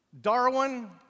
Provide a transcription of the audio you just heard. Darwin